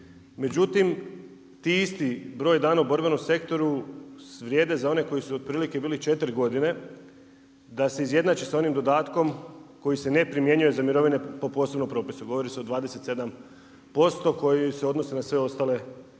međutim ti isti broj dana u borbenom sektoru vrijede za one koju su otprilike bili 4 godine, da se izjednači sa onim dodatkom koji se ne primjenjuje za mirovine po posebnom propisu, govori se o 27% koji se odnose na sve ostale, koji